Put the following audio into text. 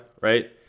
right